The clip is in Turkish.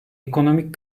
ekonomik